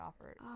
offered